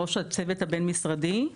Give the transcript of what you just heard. בראש הצוות הבין משרדי,